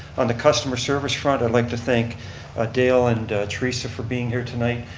on the customer service front i'd like to thank ah dale and theresa for being here tonight.